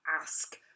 ask